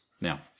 Now